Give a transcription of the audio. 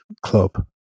club